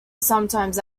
sometimes